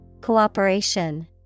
Cooperation